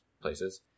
places